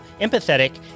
empathetic